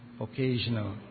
occasional